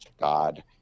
God